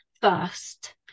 first